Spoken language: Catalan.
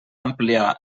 ampliar